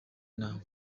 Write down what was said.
nama